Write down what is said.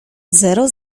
zero